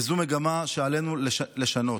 וזו מגמה שעלינו לשנות.